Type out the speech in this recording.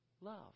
love